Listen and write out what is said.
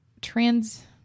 trans